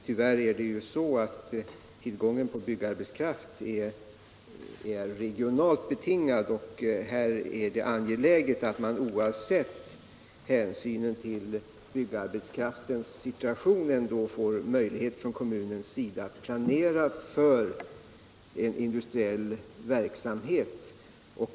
Ty värr är tillgången på byggarbetskraft regionalt betingad, och här är det angeläget att man oavsett hänsyn till byggarbetskraftens situation ändå får möjlighet från kommunens sida att planera för en industriell verksamhet.